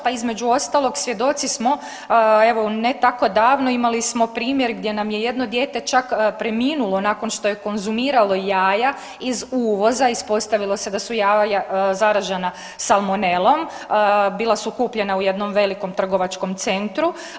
Pa između ostalog svjedoci smo, evo ne tako davno imali smo primjer gdje nam je jedno dijete čak preminulo nakon što je konzumiralo jaja iz uvoza, ispostavilo se da su jaja zaražena salmonelom, bila su kupljena u jednom velikom trgovačkom centru.